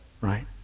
right